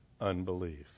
unbelief